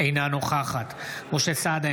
אינה נוכחת משה סעדה,